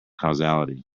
causality